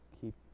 keep